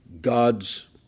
God's